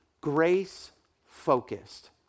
grace-focused